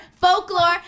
folklore